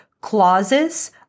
clauses